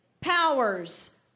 powers